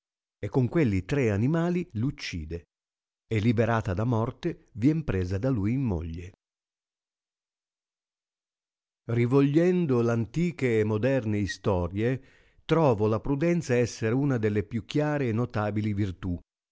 e con quelli tre animali l uccide e liberata da morte vien presa da lui in moglie rivolgendo l antiche e moderne istorie trovo la prudenza esser una delle più chiare e notabili virtii